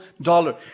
dollar